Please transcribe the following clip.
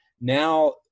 now